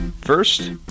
First